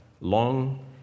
long